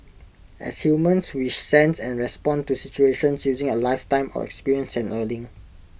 as humans we sense and respond to situations using A lifetime of experience and learning